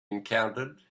encountered